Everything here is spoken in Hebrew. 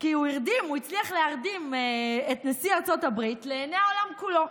כי הוא הצליח להרדים את נשיא ארצות הברית לעיני העולם כולו.